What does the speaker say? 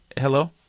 Hello